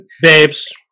Babes